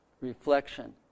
Reflection